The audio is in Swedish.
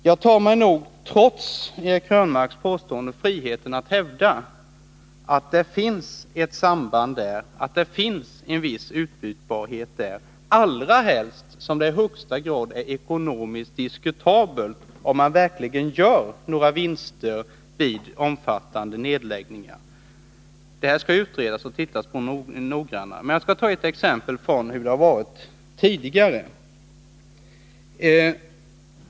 Jag tar mig, trots Eric Krönmarks påståenden, friheten att hävda att det finns en viss utbytbarhet, allra helst som det är i högsta grad diskutabelt om man verkligen gör några ekonomiska vinster vid omfattande nedläggningar. Det skall utredas och undersökas noggrannare, men jag skall anföra ett exempel som visar hur det har varit tidigare.